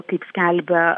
kaip skelbia